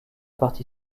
partie